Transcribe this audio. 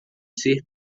ser